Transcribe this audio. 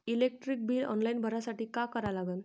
Electric bill online भरासाठी का करा लागन?